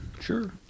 Sure